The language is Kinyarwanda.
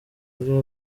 yari